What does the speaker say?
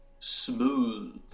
Smooth